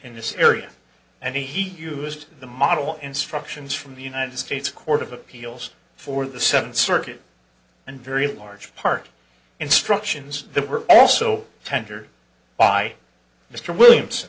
in this area and he used the model instructions from the united states court of appeals for the seventh circuit and very large part instructions that were also tendered by mr williams